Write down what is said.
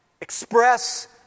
express